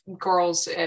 girls